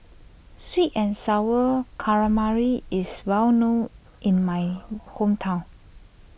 Sweet and Sour Calamari is well known in my hometown